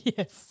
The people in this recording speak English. Yes